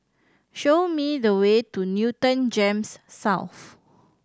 show me the way to Newton GEMS South